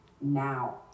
now